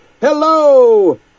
Hello